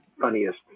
funniest